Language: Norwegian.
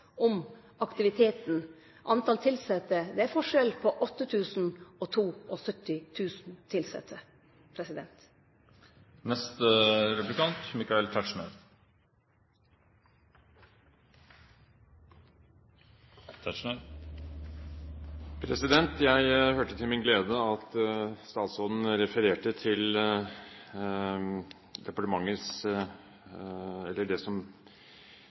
om aktiviteten. Det er forskjell på 8 000 og 72 000 tilsette. Jeg hørte til min glede at statsråden refererte til de som rapporterer om kommuneøkonomien til departementet, nemlig Det